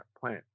plant